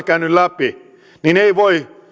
käynyt läpi niin ei voi